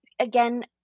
again